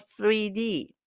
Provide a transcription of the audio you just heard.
3d